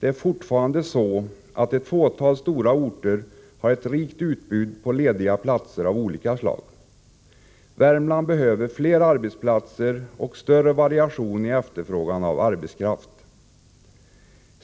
Det är fortfarande så att ett fåtal stora orter har ett rikt utbud på lediga platser av olika slag. Värmland behöver fler arbetsplatser och större variation i efterfrågan av arbetskraft.